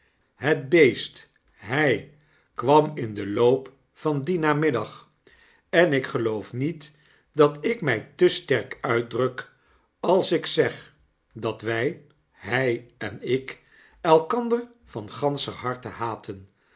het beest hy kwam in den loop van dien namiddag en ik geloof niet dat ik mij te sterk uitdruk als ik zeg dat wy hy en ik elkander van ganscher harte haatten